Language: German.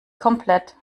komplett